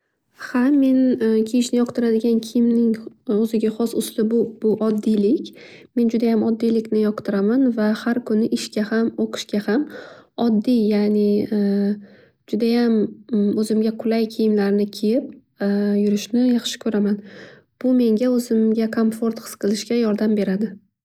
Ha men kiyishni yoqtiradigan kiyimni o'ziga xos uslubi bu oddiylik. Men judayam oddiylikni yaxshi ko'raman va har kuni ishga ham o'qishga ham oddiy ya'ni judayam o'zimga qulay kiyimlarni kiyib yurishni yaxshi ko'raman. Bu menga o'zimga komfort his qilishga yordam beradi.